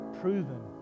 proven